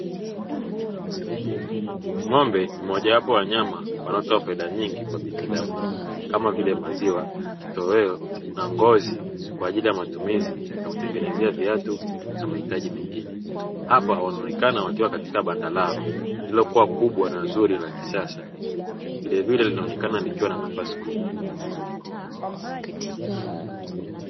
Ng'ombe moja wapo wanyama wanayotoa faida nyingi kwa binadamu kama vile; maziwa, kitoweo na ngozi kwa ajili ya matumizi ya kutengenezea viatu na mahitaji mengine, hapa wanaonekana wakiwa katika banda lao lililokuwa kubwa na zuri la kisasa, vilevile linaonekana likiwa na nafasi kubwa.